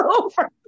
over